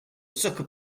sucker